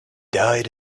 died